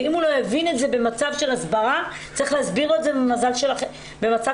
אם הציבור לא יבין את זה מתוך ההסברה הוא יבין מתוך האכיפה.